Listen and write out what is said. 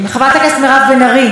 חברת הכנסת מירב בן ארי,